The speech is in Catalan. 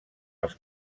els